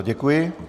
Děkuji.